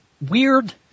weird